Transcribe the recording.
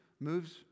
moves